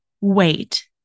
wait